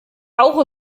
auch